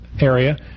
area